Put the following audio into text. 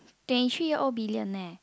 twenty three year old billionaire